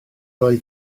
oedd